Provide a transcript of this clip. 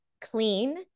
clean